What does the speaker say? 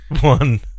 one